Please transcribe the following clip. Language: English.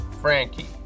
Frankie